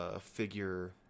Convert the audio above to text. Figure